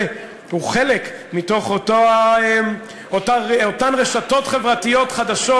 הוא חלק מתוך אותן רשתות חברתיות חדשות,